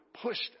pushed